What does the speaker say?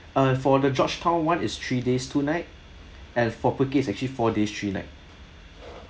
uh for the georgetown one is three days two night and for phuket is actually four days three nights